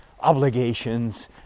obligations